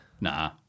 Nah